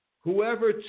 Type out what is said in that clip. Whoever